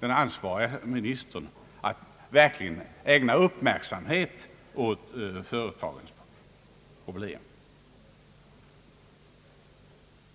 den ansvarige ministern att verkligen ägna uppmärksamhet åt företagets problem.